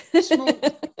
small